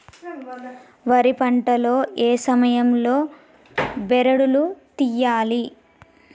వరి పంట లో ఏ సమయం లో బెరడు లు తియ్యాలి?